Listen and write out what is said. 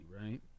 right